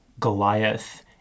Goliath